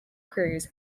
cruz